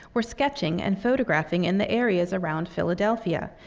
were sketching and photographing in the areas around philadelphia,